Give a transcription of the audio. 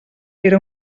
era